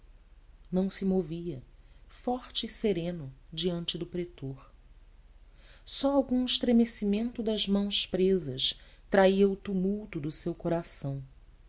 não se movia forte e sereno diante do pretor só algum estremecimento das mãos presas traía o tumulto do seu coração